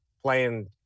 playing